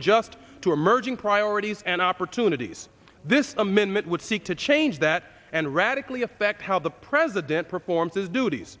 adjust to emerging priorities and opportunities this amendment would seek to change that and radically affect how the president performs his duties